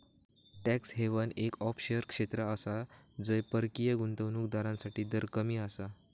tax haven एक offshore क्षेत्र आसा जय परकीय गुंतवणूक दारांसाठी दर कमी आसा